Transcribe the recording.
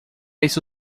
isso